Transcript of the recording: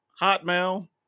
Hotmail